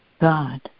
God